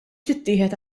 tittieħed